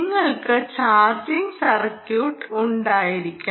നിങ്ങൾക്ക് charging circuit ഉണ്ടായിരിക്കണം